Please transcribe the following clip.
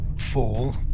Fall